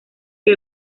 que